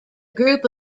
group